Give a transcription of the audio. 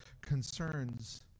concerns